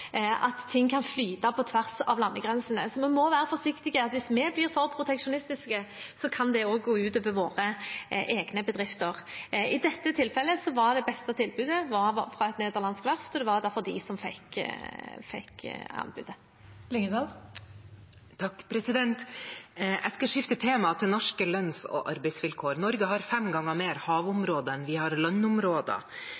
at ting kan flyte på tvers av landegrensene. Så vi må være forsiktige. Hvis vi blir for proteksjonistiske, kan det også gå ut over våre egne bedrifter. I dette tilfellet var det beste tilbudet fra et nederlandsk verft, og det var derfor de som fikk anbudet. Jeg skal skifte tema – til norske lønns- og arbeidsvilkår. Norge har fem ganger mer